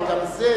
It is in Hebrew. אבל גם זה,